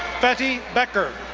fethi beker,